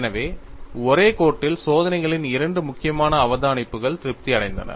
எனவே ஒரே கோட்டில் சோதனைகளின் இரண்டு முக்கியமான அவதானிப்புகள் திருப்தி அடைந்தன